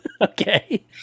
Okay